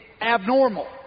abnormal